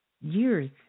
years